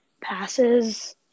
passes